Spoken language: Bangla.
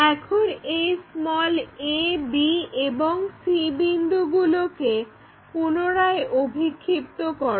এখন এই a b এবং c বিন্দুগুলোকে পুনরায় অভিক্ষিপ্ত করো